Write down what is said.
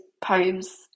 poems